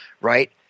right